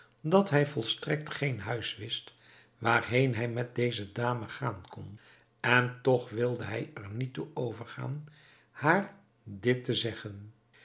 dat hij volstrekt geen huis wist waarheen hij met deze dame gaan kon en toch wilde hij er niet toe overgaan haar dit te zeggen